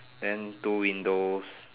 then two windows